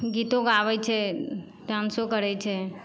गीतो गाबै छै डान्सो करै छै